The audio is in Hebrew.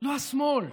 לא של השמאל,